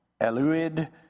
Eluid